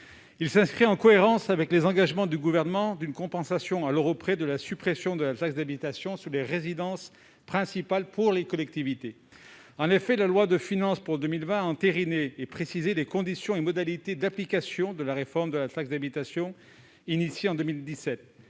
Il s'inscrit en cohérence avec les engagements du Gouvernement d'une compensation à l'euro près de la suppression de la taxe d'habitation sur les résidences principales pour les collectivités. En effet, la loi de finances pour 2020 a entériné et précisé les conditions et modalités d'application de la réforme de la taxe d'habitation, lancée en 2017,